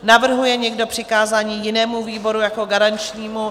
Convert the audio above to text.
Navrhuje někdo přikázání jinému výboru jako garančnímu?